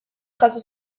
jaso